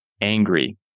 angry